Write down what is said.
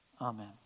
Amen